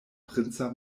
princa